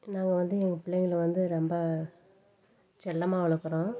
நாங்கள் வந்து எங்கள் பிள்ளைங்களை வந்து ரொம்ப செல்லமாக வளர்க்குறோம்